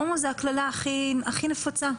הומו זה הקללה הכי נפוצה,